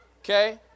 Okay